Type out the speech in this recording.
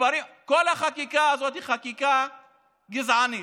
כל החקיקה הזאת היא חקיקה גזענית,